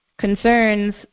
concerns